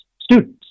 students